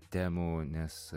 temų nes